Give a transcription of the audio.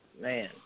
Man